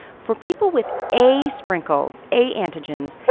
for people with a sprinkles, a antigens,